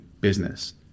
business